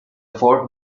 fort